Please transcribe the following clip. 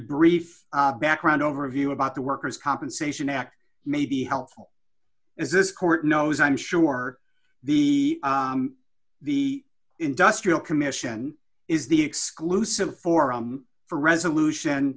brief background overview about the worker's compensation act may be helpful as this court knows i'm sure the the industrial commission is the exclusive forum for resolution